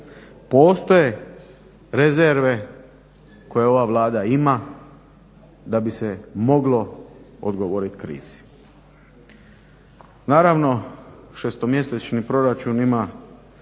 postoje rezerve koje ova Vlada ima da bi se moglo odgovoriti krizi. Naravno, šestomjesečni proračun ima